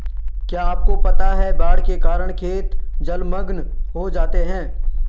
क्या आपको पता है बाढ़ के कारण खेत जलमग्न हो जाते हैं?